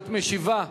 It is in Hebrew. את משיבה.